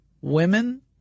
Women